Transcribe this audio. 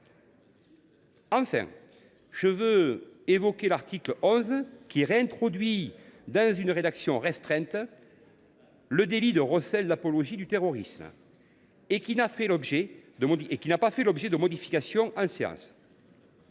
enfin l’exemple de l’article 11, qui réintroduit, dans une rédaction restreinte, le délit de recel d’apologie du terrorisme, lequel n’a pas fait l’objet de modifications en séance.